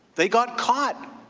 they got caught.